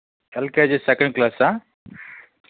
LKG second క్లాసా